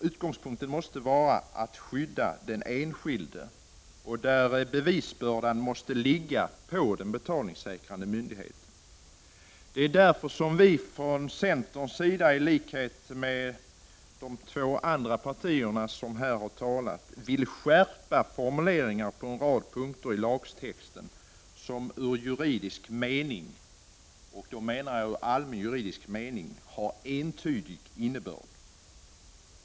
Utgå sgspunkten måste vara att skydda den enskilde, och bevisbördan måste därför ligga på den betalningssäkrande myndigheten. Det är därför som vi från centerns sida i likhet med moderata samlingspartiet och folkpartiet vill ha skärpta formuleringar på en rad punkter i lagtexten, så att denna i allmän juridisk mening får en entydig innebörd.